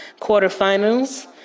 quarterfinals